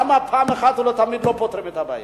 למה פעם אחת ולתמיד לא פותרים את הבעיה?